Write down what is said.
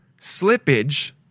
slippage